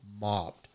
mobbed